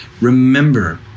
remember